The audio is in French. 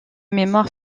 mémoire